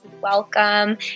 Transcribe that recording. welcome